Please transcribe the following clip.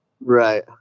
Right